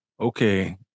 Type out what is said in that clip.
okay